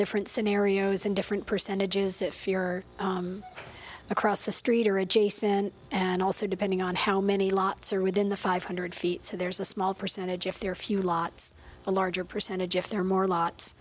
different scenarios and different percentages if you're across the street or adjacent and also depending on how many lots are within the five hundred feet so there's a small percentage if there are a few lots a larger percentage if there are more lots